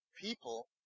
People